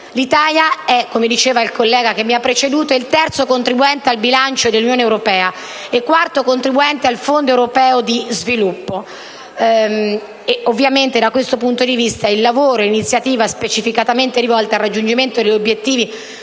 sviluppo, come diceva il collega che mi ha preceduto, l'Italia è il terzo contribuente al bilancio dell'Unione europea e il quarto contribuente al fondo europeo di sviluppo. Ovviamente, da questo punto di vista l'iniziativa è specificatamente rivolta al raggiungimento di obiettivi